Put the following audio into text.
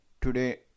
today